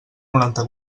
noranta